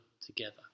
together